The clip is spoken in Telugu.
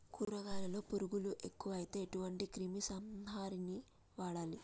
కూరగాయలలో పురుగులు ఎక్కువైతే ఎటువంటి క్రిమి సంహారిణి వాడాలి?